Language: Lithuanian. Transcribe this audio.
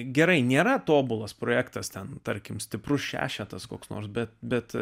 gerai nėra tobulas projektas ten tarkim stiprus šešetas koks nors bet bet